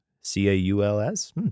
C-A-U-L-S